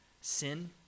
sin